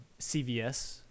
cvs